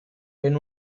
ven